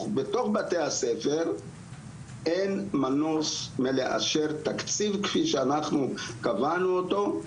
בתוך בתי הספר אין מנוס מלאשר תקציב כפי שאנחנו קבענו אותו.